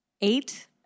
Eight